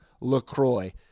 LaCroix